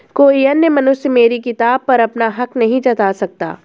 कोई अन्य मनुष्य मेरी किताब पर अपना हक नहीं जता सकता